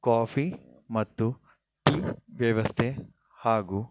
coffee ಮತ್ತು tea ವ್ಯವಸ್ಥೆ ಹಾಗೂ